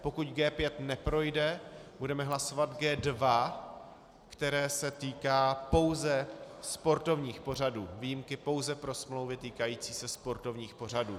Pokud G5 neprojde, budeme hlasovat G2, který se týká pouze sportovních pořadů, výjimky pouze pro smlouvy týkající se sportovních pořadů.